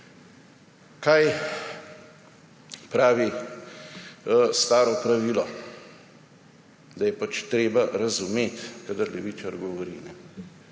Kaj pravi staro pravilo? Da je pač treba razumeti, kadar levičar govori.